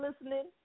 listening